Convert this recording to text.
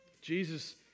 Jesus